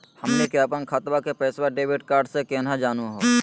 हमनी के अपन खतवा के पैसवा डेबिट कार्ड से केना जानहु हो?